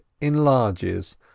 enlarges